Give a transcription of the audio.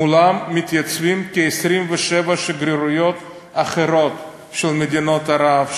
מולן מתייצבות 27 שגרירויות אחרות של מדינות ערב,